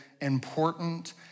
important